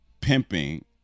pimping